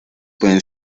pueden